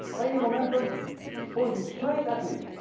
angular momentum is pointing straight at me,